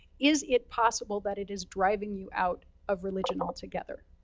is it possible that it is driving you out of religion altogether?